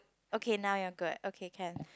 okay now you're good okay can